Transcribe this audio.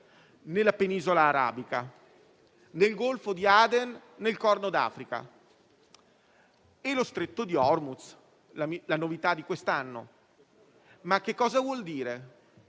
nella Penisola arabica, nel Golfo di Aden, nel Corno d'Africa, e lo Stretto di Hormuz è la novità di quest'anno. Ma che cosa vuol dire?